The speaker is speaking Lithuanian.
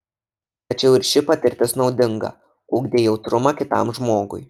tačiau ir ši patirtis naudinga ugdė jautrumą kitam žmogui